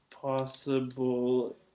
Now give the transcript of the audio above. possible